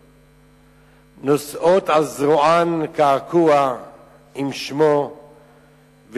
אז בערוץ-10 חשפו את מזימותיו של האיש הזה,